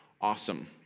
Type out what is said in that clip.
Awesome